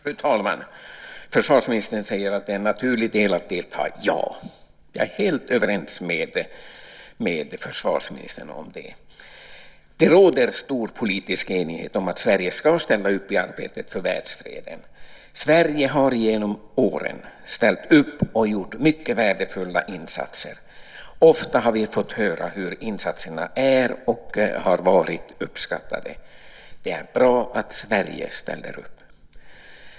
Fru talman! Försvarsministern säger att det är en naturlig del att delta - ja. Jag är helt överens med försvarsministern om det. Det råder stor politisk enighet om att Sverige ska ställa upp i arbetet för världsfreden. Sverige har genom åren ställt upp och gjort mycket värdefulla insatser. Ofta har vi fått höra att insatserna är och har varit uppskattade. Det är bra att Sverige ställer upp.